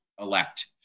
elect